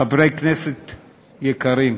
חברי כנסת יקרים,